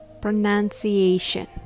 Pronunciation